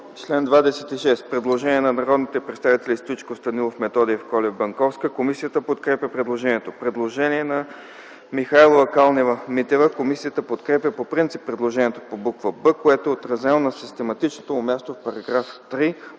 чл. 26 има предложение от народните представители Стоичков, Станилов, Методиев, Колев, Банковска. Комисията подкрепя предложението. Предложение на Михайлова, Калнева-Митева. Комисията подкрепя по принцип предложението по буква „б”, което е отразено на систематичното му място в § 3,